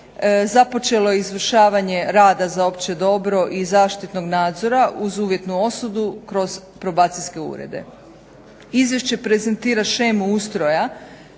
Započelo je izvršavanje rada za opće dobro i zaštitnog nadzora uz uvjetnu osudu kroz probacijske urede. Izvješće prezentira shemu ustroja